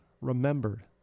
remembered